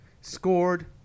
scored